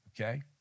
okay